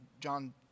John